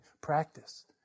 practice